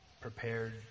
prepared